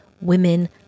women